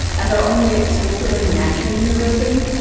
as our only explicitly national university,